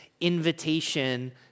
invitation